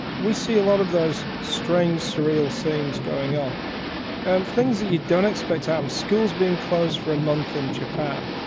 we see a lot of those strange, surreal scenes going on and things that you don't expect from um schools being closed for a month in japan.